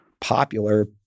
popular